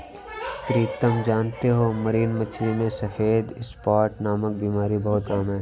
प्रीतम जानते हो मरीन मछली में सफेद स्पॉट नामक बीमारी बहुत आम है